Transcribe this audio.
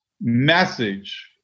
message